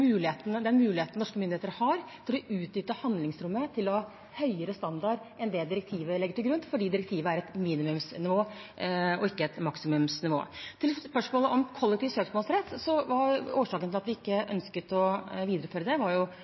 den muligheten norske myndigheter har til å utnytte handlingsrommet til å ha en høyere standard enn det direktivet legger til grunn, fordi direktivet er et minimumsnivå og ikke et maksimumsnivå. Til spørsmålet om kollektiv søksmålsrett var årsaken til at vi ikke ønsket å videreføre det, for det første at det var